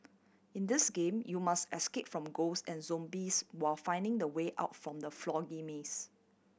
in this game you must escape from ghost and zombies while finding the way out from the maze